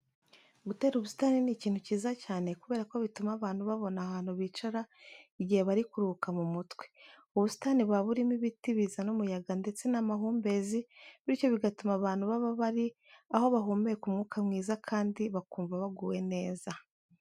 Gutera ubusitani ni ikintu cyiza cyane kubera ko bituma abantu babona ahantu bicara igihe bari kuruhuka mu mutwe. Ubusitani buba burimo ibiti bizana umuyaga ndetse n'amahumbezi bityo bigatuma abantu baba bari aho bahumeka umwuka mwiza kandi bakumva baguwe neza.